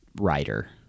writer